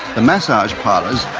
the massage parlours,